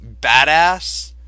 badass